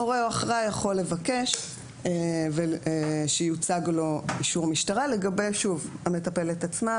הורה או אחראי יכול לבקש שיוצג לו אישור משטרה לגבי המטפלת עצמה,